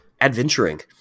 adventuring